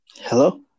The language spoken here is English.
Hello